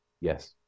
Yes